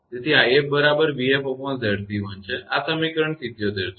તેથી 𝑖𝑓 બરાબર 𝑣𝑓𝑍𝑐1છે આ સમીકરણ 77 છે